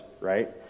right